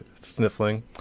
sniffling